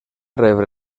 rebre